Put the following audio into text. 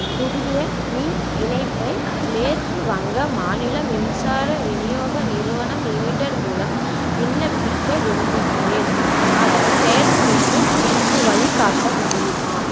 புதிய மின் இணைப்பை மேற்கு வங்க மாநில மின்சார விநியோக நிறுவனம் லிமிடெட் மூலம் விண்ணப்பிக்க விரும்புகிறேன் அதன் செயல்முறைக்கு எனக்கு வழிகாட்ட முடியுமா